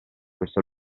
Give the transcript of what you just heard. questo